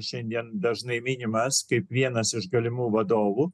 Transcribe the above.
šiandien dažnai minimas kaip vienas iš galimų vadovų